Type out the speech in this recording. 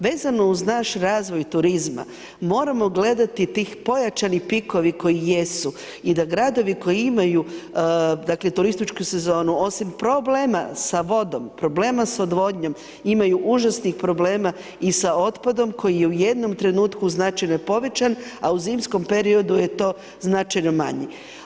Vezano uz naš razvoj turizma, moramo gledati tih pojačani pikovi koji jesu i da gradovi koji imaju, dakle, turističku sezonu, osim problema sa vodom, problema sa odvodnjom imaju užasnih problema i sa otpadom koji je u jednom trenutku značajno povećan, a u zimskom periodu je to značajno manje.